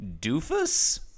Doofus